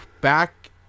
Back